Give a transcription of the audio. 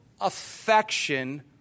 affection